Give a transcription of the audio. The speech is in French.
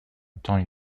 temps